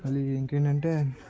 మళ్ళీ ఇంకా ఏంటంటే